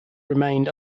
remained